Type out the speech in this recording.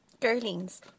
Girlings